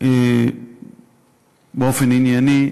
באופן ענייני,